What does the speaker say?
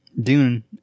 Dune